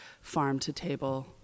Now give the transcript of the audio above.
farm-to-table